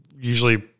usually